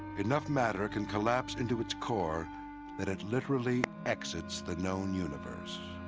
enough matter can collapse into its core that it literally exits the known universe.